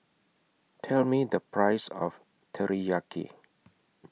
Tell Me The Price of Teriyaki